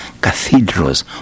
cathedrals